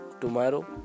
tomorrow